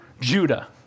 Judah